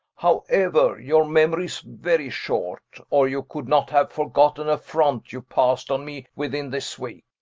however, your memory is very short, or you could not have forgot an affront you passed on me within this week.